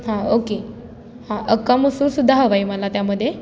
हां ओके हां अख्खा मसूरसुद्धा हवंय मला त्यामध्ये